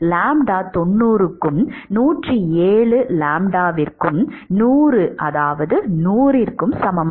lambda 90 க்கும் 107 lambda 100 சமம்